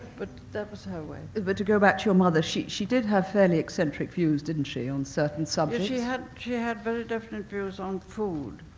but that was her way. but to go back to your mother, she she did have fairly eccentric views, didn't she, on certain subjects? she had she had very definite views on food.